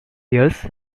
years